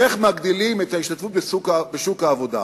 איך מגדילים את ההשתתפות בשוק העבודה,